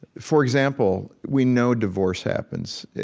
for example, we know divorce happens.